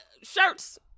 shirts